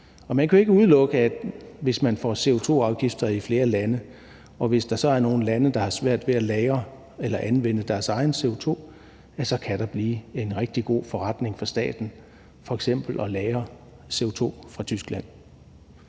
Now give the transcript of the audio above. forsvarlig vis under havet. Hvis man får CO2-afgifter i flere lande, og hvis der så er nogle lande, der har svært ved at lagre eller anvende deres egen CO2, kan man jo ikke udelukke, at der så kan blive en rigtig god forretning for staten ved f.eks. at lagre CO2 fra Tyskland.